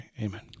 Amen